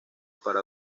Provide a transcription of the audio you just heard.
para